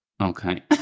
okay